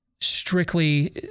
strictly